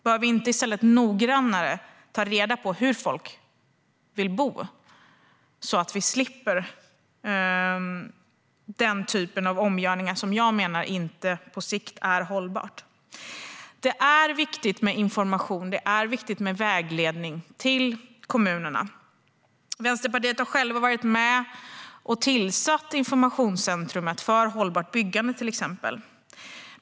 Bör vi inte i stället noggrannare ta reda på hur folk vill bo så att vi slipper denna typ av omgörningar, som jag menar inte är hållbara på sikt? Det är viktigt med information och vägledning till kommunerna. Vänsterpartiet har varit med och inrättat Informationscentrum för hållbart byggande, till exempel.